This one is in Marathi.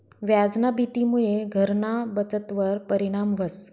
व्याजना भीतीमुये घरना बचतवर परिणाम व्हस